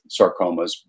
sarcomas